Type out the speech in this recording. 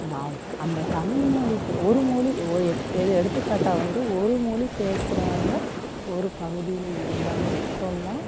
நான் அந்த தமிழ்மொலி பே ஒரு மொழி ஒ எப் எது எடுத்துக்காட்டாக வந்து ஒரு மொழி பேசுகிறவங்க ஒரு பகுதியில் இருந்தால் மட்டும் தான்